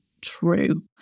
true